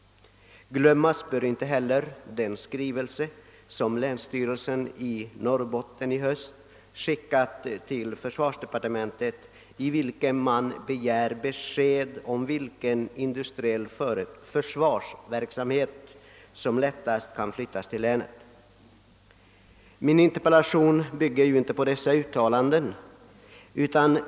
Glömmas bör inte heller den skrivelse som länsstyrelsen i Norrbotten under hösten har skickat till försvarsdepartementet, vari man begär besked om vilken industriell försvarsverksamhet som lättast kan flyttas till länet. Min interpellation bygger inte på dessa uttalanden.